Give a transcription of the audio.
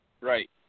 Right